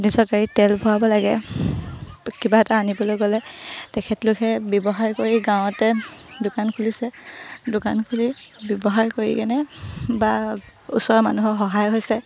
নিজৰ গাড়ীত তেল ভৰাব লাগে কিবা এটা আনিবলৈ গ'লে তেখেতলোকে ব্যৱসায় কৰি গাঁৱতে দোকান খুলিছে দোকান খুলি ব্যৱসায় কৰি কেনে বা ওচৰৰ মানুহৰ সহায় হৈছে